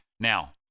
now